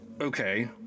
okay